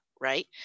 right